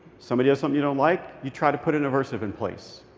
somebody does something you don't like, you try to put an aversive in place.